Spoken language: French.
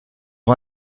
des